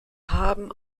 haben